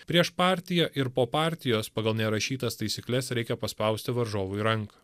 prieš partiją ir po partijos pagal nerašytas taisykles reikia paspausti varžovui ranką